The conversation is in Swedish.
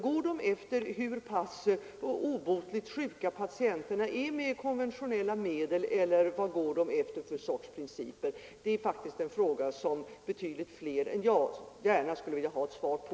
Går socialstyrelsen efter hur pass obotligt sjuka patienterna är med konventionella medel eller vilka principer går man efter? Det är faktiskt en fråga som betydligt fler än jag gärna skulle vilja ha ett svar på.